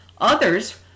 Others